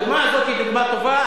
הדוגמה הזאת היא דוגמה טובה,